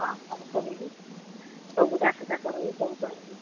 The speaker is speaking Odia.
ହଁ ସବୁ କରିବି ସବୁ ସବୁ କରିବି